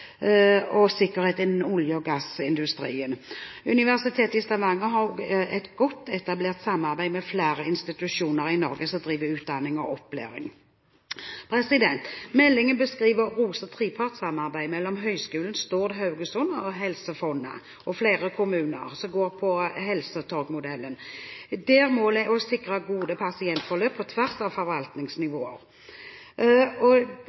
og sikkerhet innen olje- og gassindustrien. Universitetet i Stavanger har et godt etablert samarbeid med flere institusjoner i Norge som driver med utdanning og opplæring. Meldingen beskriver også trepartssamarbeidet etter helsetorgmodellen mellom Høgskolen Stord/ Haugesund, Helse Fonna og flere kommuner, der målet er å sikre gode pasientforløp på tvers av forvaltningsnivåer. Jeg vil benytte sjansen til å rose dette samarbeidet, og